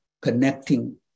connecting